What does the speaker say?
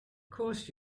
course